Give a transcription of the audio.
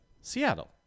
Seattle